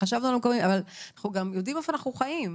אבל אנחנו גם יודעים איפה אנחנו חיים.